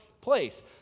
place